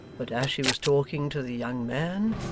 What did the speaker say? but as she was talking to the young man,